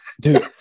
Dude